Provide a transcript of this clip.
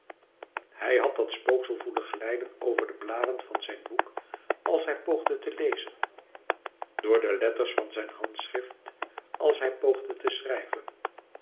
hij had het spooksel voelen glijden over de bladen van zijn boek als hij poogde te lezen door de letters van zijn handschrift als hij poogde te schrijven